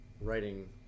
writing